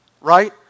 right